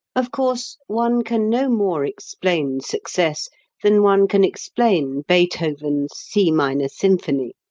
of course, one can no more explain success than one can explain beethoven's c minor symphony.